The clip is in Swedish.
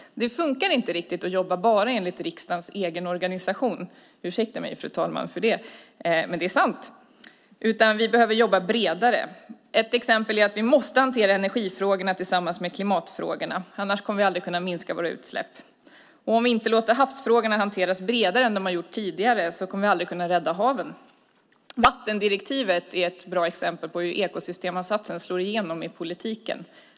Det funkar inte att jobba bara enligt riksdagens egen organisation. Ursäkta mig, fru talman, för det. Men det är sant. Vi behöver jobba bredare. Ett exempel är att vi måste hantera energifrågorna tillsammans med klimatfrågorna. Annars kommer vi aldrig att kunna minska våra utsläpp. Och om vi inte låter havsfrågorna hanteras bredare än tidigare kommer vi aldrig att kunna rädda haven. Vattendirektivet är ett bra exempel på hur ekosystemansatsen slår igenom i politiken.